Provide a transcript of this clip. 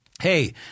hey